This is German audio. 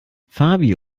fabi